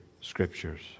Scriptures